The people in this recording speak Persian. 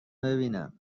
ببینم